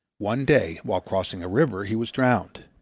one day while crossing a river he was drowned.